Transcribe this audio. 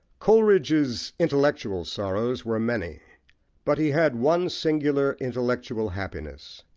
coleridge's intellectual sorrows were many but he had one singular intellectual happiness.